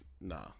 nah